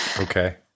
okay